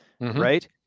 right